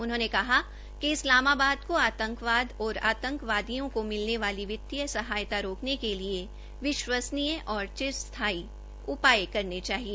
उन्होंने कहा कि इस्लामाबाद को आतंकवाद और आतंबवादियों को मिलने वाली वित्तीय सहायता रोकने के लिए विश्वसनीय और चिरस्थाई उपाय करने चाहिए